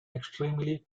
extremely